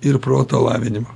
ir proto lavinimo